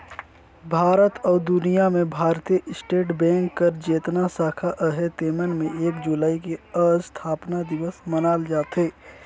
भारत अउ दुनियां में भारतीय स्टेट बेंक कर जेतना साखा अहे तेमन में एक जुलाई के असथापना दिवस मनाल जाथे